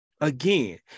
Again